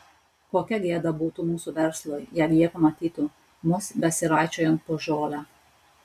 kokia gėda būtų mūsų verslui jeigu jie pamatytų mus besiraičiojant po žolę